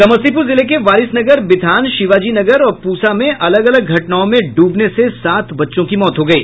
समस्तीपुर जिले के वारिसनगर विथान शिवाजी नगर और पूसा में अलग अलग घटनाओं में डूबने से सात बच्चों की मौत हो गयी